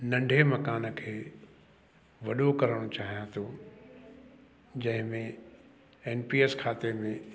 नंढे मकान खे वॾो करणु चाहियां थो जंहिंमें एन पी एस खाते में